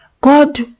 God